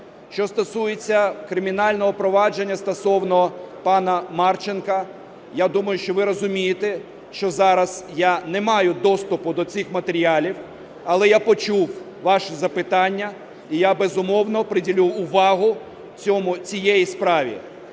Що стосується кримінального провадження стосовно пана Марченка, я думаю, що ви розумієте, що зараз я не маю доступу до цих матеріалів, але я почув ваше запитання, і я безумовно приділю увагу цій справі.